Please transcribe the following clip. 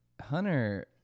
Hunter